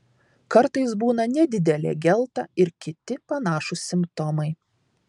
kartais būna nedidelė gelta ir kiti panašūs simptomai